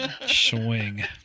Swing